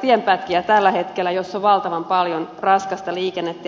tienpätkiä jossa on valtavan paljon raskasta liikennettä